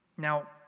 Now